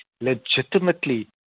legitimately